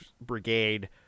brigade